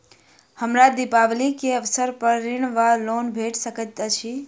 हमरा दिपावली केँ अवसर पर ऋण वा लोन भेट सकैत अछि?